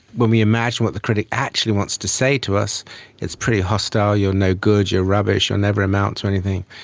when we imagine what the critic actually wants to say to us it's pretty hostile you're no good, you're rubbish, you'll never amount to anything.